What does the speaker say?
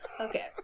Okay